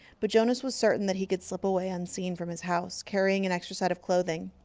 but jonas was certain that he could slip away, unseen, from his house, carrying an extra set of clothing.